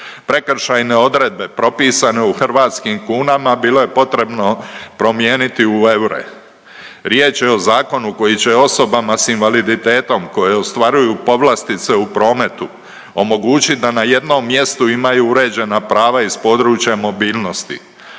prekršajne odredbe propisane u hrvatskim kunama bilo je potrebno promijeniti u eure. Riječ je o zakonu koji će osobama s invaliditetom koje ostvaruju povlastice u prometu omogućiti da na jednom mjestu imaju uređena prava iz područja mobilnosti.